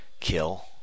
kill